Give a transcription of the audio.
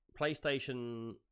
PlayStation